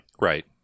Right